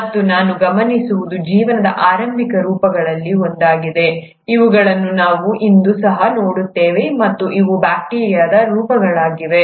ಮತ್ತು ನಾವು ಗಮನಿಸುವುದು ಜೀವನದ ಆರಂಭಿಕ ರೂಪಗಳಲ್ಲಿ ಒಂದಾಗಿದೆ ಇವುಗಳನ್ನು ನಾವು ಇಂದು ಸಹ ನೋಡುತ್ತೇವೆ ಮತ್ತು ಅವು ಬ್ಯಾಕ್ಟೀರಿಯಾದ ರೂಪಗಳಾಗಿವೆ